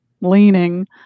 leaning